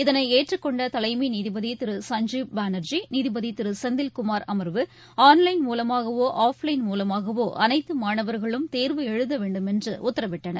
இதனை ஏற்றுக் கொண்ட தலைமை நீதிபதி திரு சஞ்ஜீப் பானர்ஜி நீதிபதி திரு செந்தில்குமார் அமா்வு ஆன்லைன் மூலமாகவோ ஆப்லைன் மூலமாகவோ அனைத்து மாணவா்களும் தேள்வு எழுத வேண்டுமென்று உத்தரவிட்டனர்